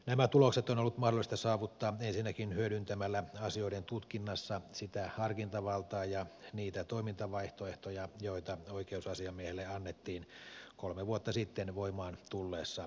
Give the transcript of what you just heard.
nämä tulokset on ollut mahdollista saavuttaa ensinnäkin hyödyntämällä asioiden tutkinnassa sitä harkintavaltaa ja niitä toimintavaihtoehtoja joita oikeusasiamiehelle annettiin kolme vuotta sitten voimaan tulleessa lakiuudistuksessa